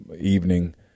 evening